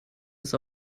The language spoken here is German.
das